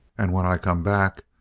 and when i come back,